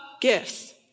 gifts